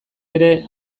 ere